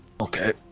Okay